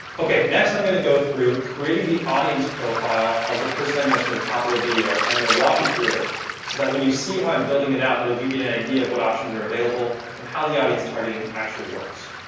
okay. next, i'm going to go through creating the audience profile of the person i mentioned at the top of the video and i'm going to walk you through it so that when you see how i'm building it out it'll give you an idea of what options are available and how the audience targeting actually works.